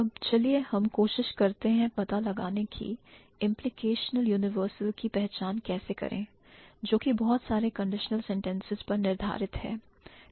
अब चलिए हम कोशिश करते हैं पता लगाने की implicarional universal की पहचान कैसे करें जोकि बहुत सारे conditional sentences पर निर्धारित है